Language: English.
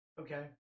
Okay